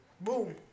Boom